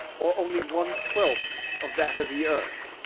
or only one-twelfth of that of the earth.